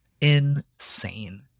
insane